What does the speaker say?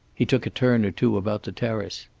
he took a turn or two about the terrace.